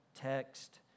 text